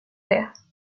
det